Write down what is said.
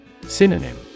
Synonym